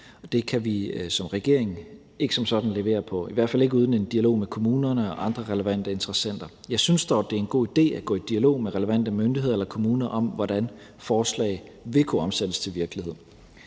det kan vi som regering ikke som sådan levere på, i hvert fald ikke uden en dialog med kommunerne og andre relevante interessenter. Jeg synes dog, det er en god idé at gå i dialog med relevante myndigheder eller kommuner om, hvordan forslag vil kunne omsættes til virkelighed.